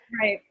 right